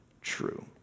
true